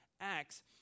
acts